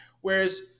whereas